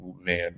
man